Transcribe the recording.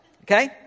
okay